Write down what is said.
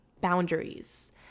boundaries